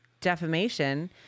defamation